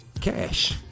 Cash